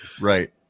Right